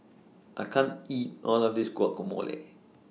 I can't eat All of This Guacamole